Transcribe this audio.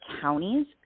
counties